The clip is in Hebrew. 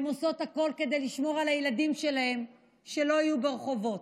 כשהן עושות הכול כדי לשמור על הילדים שלהן שלא יהיו ברחובות.